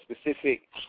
specific